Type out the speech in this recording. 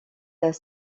est